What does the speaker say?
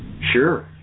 Sure